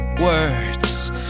words